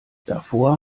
davor